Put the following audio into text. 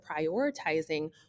prioritizing